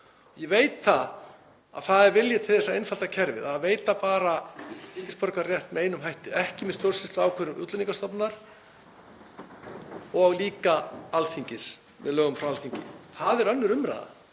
Ég veit að það er vilji til þess að einfalda kerfið, að veita bara ríkisborgararétt með einum hætti, ekki með stjórnsýsluákvörðun Útlendingastofnunar og líka með lögum frá Alþingi. Það er önnur umræða.